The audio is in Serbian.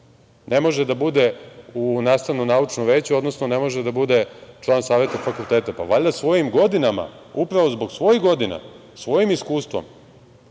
ne može da bude u nastavno-naučnom veću, odnosno ne može da bude član saveta fakulteta. Pa, valjda svojim godinama upravo zbog svojih godina, svojim iskustvom,